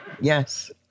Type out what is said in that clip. Yes